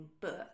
book